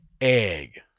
egg